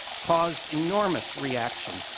caused enormous reaction.